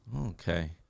Okay